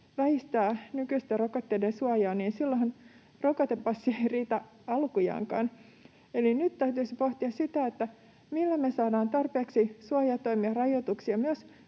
väistää nykyisten rokotteiden suojaa, silloinhan rokotepassi ei riitä alkujaankaan. Eli nyt täytyisi pohtia sitä, millä me saadaan tarpeeksi suojatoimia, rajoituksia